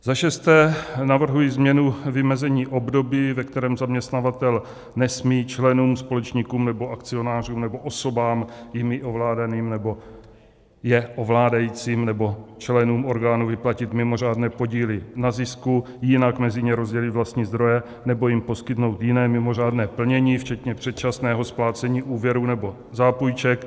Za šesté navrhuji změnu vymezení období, ve kterém zaměstnavatel nesmí členům, společníkům nebo akcionářům nebo osobám jimi ovládaným nebo je ovládajícím nebo členům orgánů vyplatit mimořádné podíly na zisku, jinak mezi ně rozdělit vlastní zdroje nebo jim poskytnout jiné mimořádné plnění včetně předčasného splácení úvěrů nebo zápůjček.